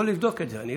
בבקשה,